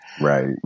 Right